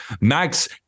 Max